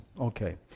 Okay